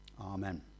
Amen